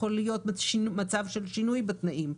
יכול להיות מצב של שינוי בתנאים.